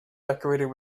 decorated